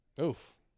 oof